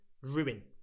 ruin